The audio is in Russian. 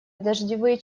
дождевые